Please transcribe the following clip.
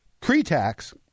pre-tax